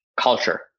culture